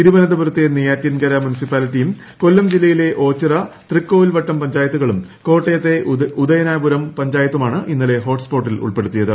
തിരുവന്തപുരത്തെ നെയ്യാറ്റിൻകര മുനിസിപ്പാലിറ്റിയും കൊല്ലം ജില്ലയിലെ ഓച്ചിറ തൃക്കോവിൽവട്ടം പഞ്ചായത്തുകളും കോട്ടയത്തെ ഉദയനാപുരം പഞ്ചായത്തുമാണ് ഇന്നലെ ഹോട്സ് സ്പോട്ടിൽ ഉൾപ്പെടുത്തിയത്